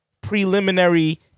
preliminary